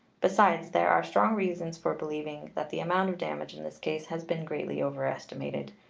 besides, there are strong reasons for believing that the amount of damage in this case has been greatly overestimated.